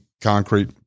concrete